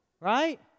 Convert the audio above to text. right